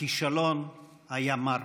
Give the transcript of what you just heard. הכישלון היה מר.